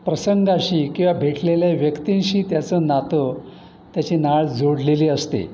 प्रसंगाशी किंवा भेटलेल्या व्यक्तींशी त्याचं नातं त्याची नाळ जोडलेली असते